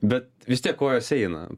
bet vis tiek kojos eina